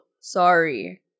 sorry